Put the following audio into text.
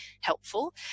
helpful